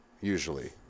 usually